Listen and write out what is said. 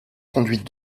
conduit